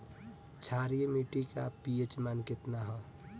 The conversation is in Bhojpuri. क्षारीय मीट्टी का पी.एच मान कितना ह?